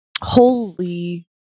Holy